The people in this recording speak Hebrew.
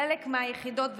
חלק מהיחידות,